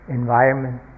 environment